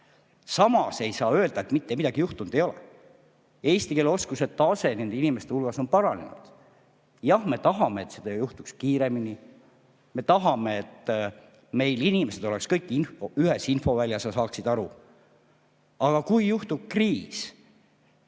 Samas ei saa öelda, et mitte midagi [toimunud] ei ole. Eesti keele oskuse tase nende inimeste hulgas on paranenud. Jah, me tahame, et see [toimuks] kiiremini. Me tahame, et meil inimesed oleksid kõik ühes infoväljas ja saaksid [kõigest] aru. Aga kui juhtub kriis,